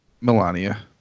Melania